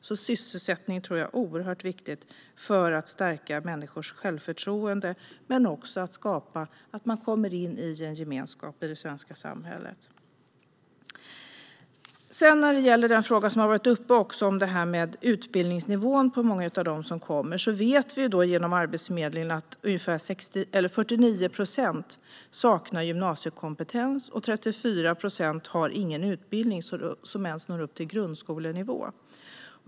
Sysselsättning är oerhört viktigt för att stärka människors självförtroende och för att de ska komma in i en gemenskap i det svenska samhället. Frågan om utbildningsnivån på många av dem som kommer hit har varit uppe. Vi vet genom Arbetsförmedlingen att 49 procent saknar gymnasiekompetens och att 34 procent inte ens har utbildning som når upp till grundskolenivå.